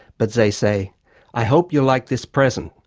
but zey say i hope you like this present.